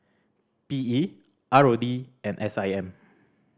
P E R O D and S I M